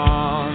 on